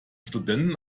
studenten